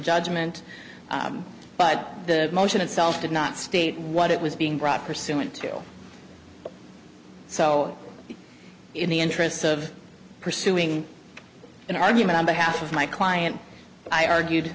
judgment but the motion itself did not state what it was being brought pursuant to so in the interests of pursuing an argument on behalf of my client i argued